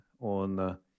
on